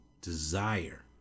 desire